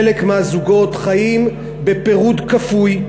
חלק מהזוגות חיים בפירוד כפוי.